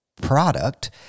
product